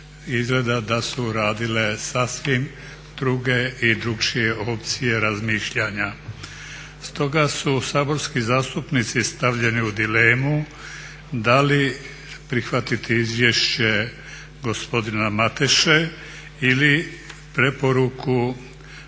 izgleda da su radile sasvim drugi i drukčije opcije razmišljanja. Stoga su saborski zastupnici stavljeni u dilemu da li prihvatiti izvješće gospodina Mateše ili preporuku